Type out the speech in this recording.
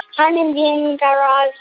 hi, mindy and guy raz.